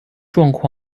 状况